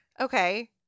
Okay